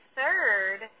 third